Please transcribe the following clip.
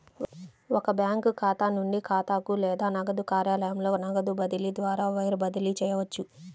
ఒక బ్యాంకు ఖాతా నుండి ఖాతాకు లేదా నగదు కార్యాలయంలో నగదు బదిలీ ద్వారా వైర్ బదిలీ చేయవచ్చు